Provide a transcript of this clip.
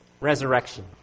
Resurrection